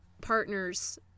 partner's